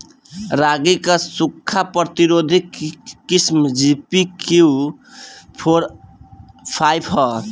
रागी क सूखा प्रतिरोधी किस्म जी.पी.यू फोर फाइव ह?